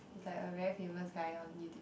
he's like a very famous guy on YouTube